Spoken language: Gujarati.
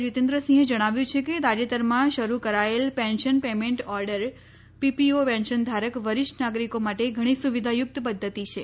જીતેન્રસિંહે જણાવ્યું છે કે તાજેતરમાં શરૂ કરાયેલ પેન્શન પેમેન્ટ ઓર્ડર પીપીઓ પેન્શનધારક વરિષ્ઠ નાગરિકો માટે ઘણી સુવિધાયુક્ત પદ્ધતિ છે